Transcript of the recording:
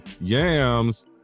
yams